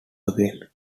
again